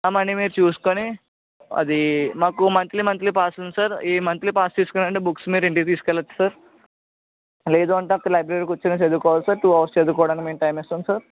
ఆ మనీ మీరు చూసుకుని అదీ మాకు మంత్లీ మంత్లీ పాస్ ఉంది సార్ ఈ మంత్లీ పాస్ తీసుకున్నారంటే బుక్స్ మీరు ఇంటికి తీసుకెళ్ళచ్చు సార్ లేదు అంటే అక్కడ లైబ్రరీకి వచ్చైనా చదువుకోవాలి సార్ టూ అవర్స్ చదువుకోవడానికి మేము టైమ్ ఇస్తాము సార్